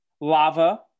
lava